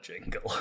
jingle